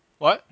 what